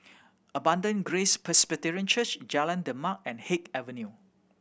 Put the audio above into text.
Abundant Grace Presbyterian Church Jalan Demak and Haig Avenue